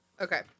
Okay